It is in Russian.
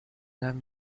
нам